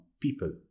people